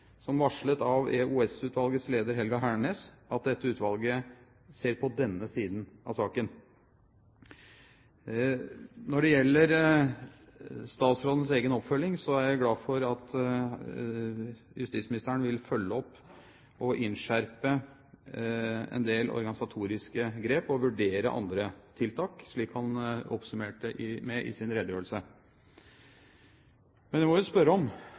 som varslet av EOS-utvalgets leder, Helga Hernes, at dette utvalget ser på denne siden av saken. Når det gjelder statsrådens egen oppfølging, er jeg glad for at justisministeren vil følge opp og innskjerpe en del organisatoriske grep og vurdere andre tiltak, slik han oppsummerte det i sin redegjørelse. Men jeg må jo spørre om